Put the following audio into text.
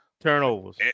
Turnovers